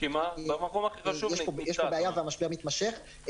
--- יש פה בעיה והמשבר מתמשך,